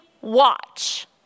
watch